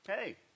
Hey